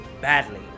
badly